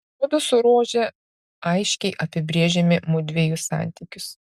mudu su rože aiškiai apibrėžėme mudviejų santykius